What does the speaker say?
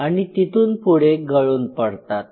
आणि तिथून पुढे गळून पडतात